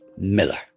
Miller